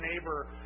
neighbor